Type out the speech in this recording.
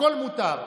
הכול מותר.